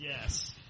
Yes